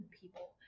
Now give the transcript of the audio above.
people